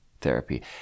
therapy